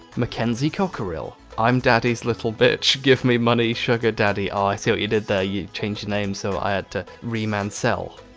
mackenzie cockerel, i'm daddy's little bitch give me money sugar daddy, ah, i see what you did there, you changed the name so i had to ream and sell,